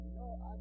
no—I